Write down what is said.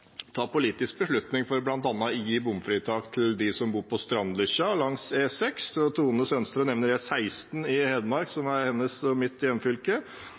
ta en politisk beslutning for bl.a. å gi bompengefritak til dem som bor på Strandlykkja langs E6. Tone Merete Sønsterud nevner E16 i Hedmark, som er hennes og mitt hjemfylke.